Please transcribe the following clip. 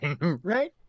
Right